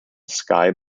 sky